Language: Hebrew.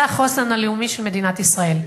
זה החוסן הלאומי של מדינת ישראל.